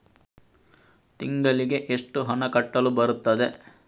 ತಿಂಗಳಿಗೆ ಎಷ್ಟು ಹಣ ಕಟ್ಟಲು ಬರುತ್ತದೆ?